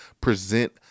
present